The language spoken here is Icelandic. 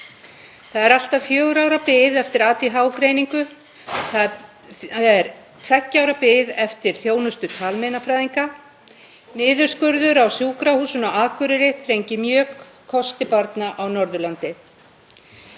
Það er allt að fjögurra ára bið eftir ADHD-greiningu. Það er tveggja ára bið eftir þjónustu talmeinafræðinga. Niðurskurður á Sjúkrahúsinu á Akureyri þrengir mjög kosti barna á Norðurlandi.